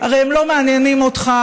הרי הם לא מעניינים אותך,